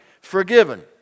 forgiven